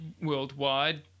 worldwide